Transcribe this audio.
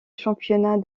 championnat